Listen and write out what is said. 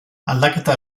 aldaketa